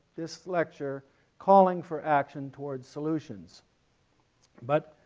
this lecture calling for action towards solutions but